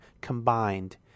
combined